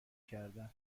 کردن